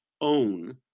own